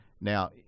Now